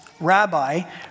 Rabbi